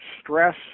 stress